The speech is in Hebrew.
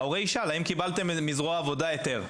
האם קיבלתם היתר מזרוע העבודה.